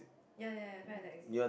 ya ya ya right the exit